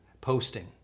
posting